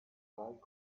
look